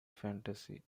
fantasy